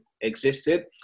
existed